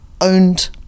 owned